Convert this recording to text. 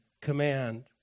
command